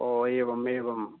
ओ एवं एवं